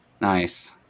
Nice